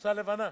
חולצה לבנה.